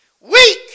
Weak